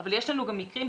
אבל יש לנו גם מקרים,